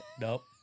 Nope